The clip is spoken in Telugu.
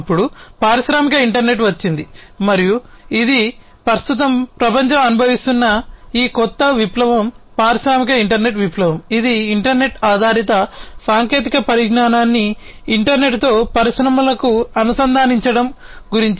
అప్పుడు పారిశ్రామిక ఇంటర్నెట్ వచ్చింది మరియు ఇది ప్రస్తుతం ప్రపంచం అనుభవిస్తున్న ఈ కొత్త విప్లవం పారిశ్రామిక ఇంటర్నెట్ విప్లవం ఇది ఇంటర్నెట్ ఆధారిత సాంకేతిక పరిజ్ఞానాన్ని ఇంటర్నెట్తో పరిశ్రమలకు అనుసంధానించడం గురించి